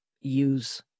use